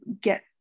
get